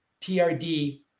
TRD